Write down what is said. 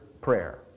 prayer